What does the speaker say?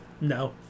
No